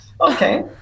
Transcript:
okay